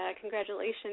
congratulations